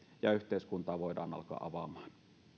ja yhteiskuntaa voidaan alkaa avaamaan